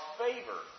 favor